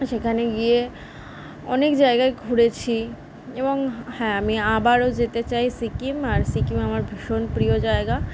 সেখানে গিয়ে অনেক জায়গায় ঘুরেছি এবং হ্যাঁ আমি আবারও যেতে চাই সিকিম আর সিকিমে আমার ভীষণ প্রিয় জায়গা